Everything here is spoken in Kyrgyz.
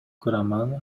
курамына